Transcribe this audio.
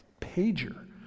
pager